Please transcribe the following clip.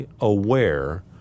aware